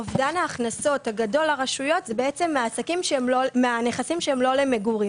אובדן ההכנסות הגדול לרשויות הוא בעצם מהנכסים שהם לא למגורים.